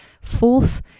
fourth